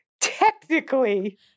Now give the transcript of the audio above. Technically